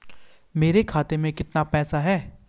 मेरे खाते में कितना पैसा है?